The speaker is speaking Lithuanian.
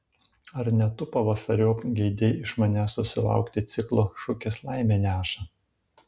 ar ne tu pavasariop geidei iš manęs susilaukti ciklo šukės laimę neša